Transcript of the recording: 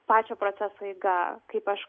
pačio proceso eiga kaip aš